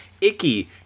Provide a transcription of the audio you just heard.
Icky